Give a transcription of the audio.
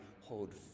hold